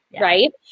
Right